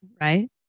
right